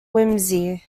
whimsy